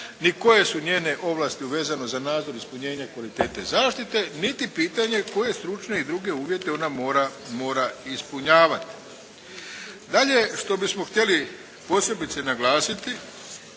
ni koje su njene ovlasti u vezano za nadzor i ispunjenje kvalitete zaštite niti pitanje koje stručne i druge uvjete ona mora ispunjavati. Dalje što bismo htjeli posebice naglasiti,